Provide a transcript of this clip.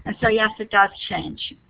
and so yes, it does change.